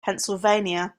pennsylvania